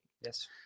Yes